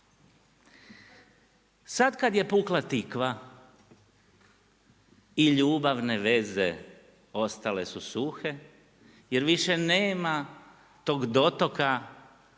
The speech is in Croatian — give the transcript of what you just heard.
Sad kada je pukla tikva i ljubavne veze ostale su suhe jer više nama tog dotoka